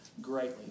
Greatly